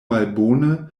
malbone